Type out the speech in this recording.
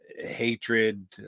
hatred